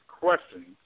questions